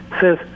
says